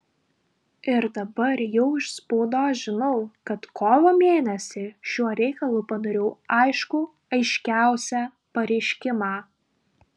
ir dabar jau iš spaudos žinau kad kovo mėnesį šiuo reikalu padariau aiškų aiškiausią pareiškimą